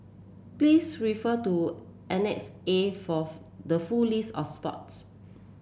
please refer to Annex A forth the full list of sports